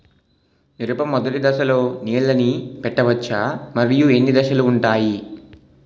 మిరప మొదటి దశలో నీళ్ళని పెట్టవచ్చా? మరియు ఎన్ని దశలు ఉంటాయి?